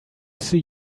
see